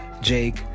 Jake